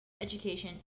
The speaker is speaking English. education